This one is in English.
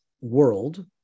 world